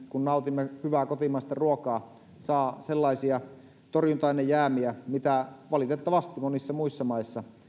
kun nautimme hyvää kotimaista ruokaa emme saa ravinnostamme sellaisia torjunta ainejäämiä mitä valitettavasti monissa muissa maissa